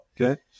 okay